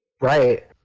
Right